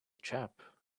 chap